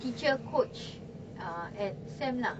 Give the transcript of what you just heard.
teacher coach uh at SAM lah